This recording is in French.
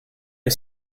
est